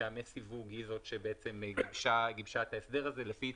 מטעמי סיווג היא זו שגיבשה את ההסדר הזה לפי